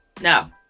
No